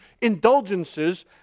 indulgences